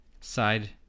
side